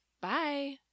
bye